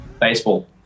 baseball